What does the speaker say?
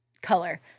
color